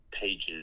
pages